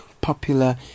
popular